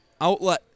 Outlet